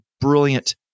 brilliant